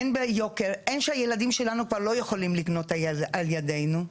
הן מבחינת יוקר שהילדים שלנו כבר לא יכולים לקנות על ידנו,